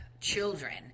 children